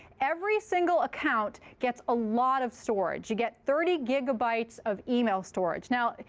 every single account gets a lot of storage. you get thirty gigabytes of email storage. now,